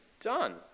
done